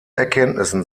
erkenntnissen